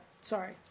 Sorry